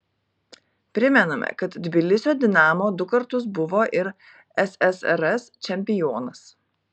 primename kad tbilisio dinamo du kartus buvo ir ssrs čempionas